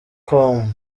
com